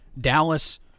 Dallas